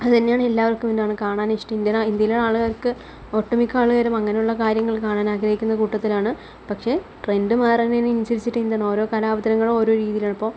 അതുതന്നെയാണ് എല്ലാവര്ക്കും എന്താണ് കാണാന് ഇഷ്ടം ഇന്ത്യയിലെ ഇന്ത്യയിലെ ആളുകള്ക്ക് ഒട്ടുമിക്ക ആളുകളും അങ്ങനെയുള്ള കാര്യങ്ങള് കാണാന് ആഗ്രഹിക്കുന്ന കൂട്ടത്തിലാണ് പക്ഷെ ട്രെന്ഡ് മാറുന്നതിനനുസരിച്ചിട്ട് എന്താണ് ഓരോ കലാവതരണങ്ങളും ഓരോ രീതിയിലാണ് ഇപ്പോൾ